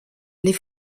les